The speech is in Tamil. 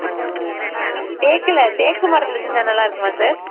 தேக்கில் தேக்குமரத்தில் செஞ்சால் நல்லா இருக்குமா சார்